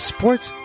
Sports